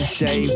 say